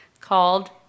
called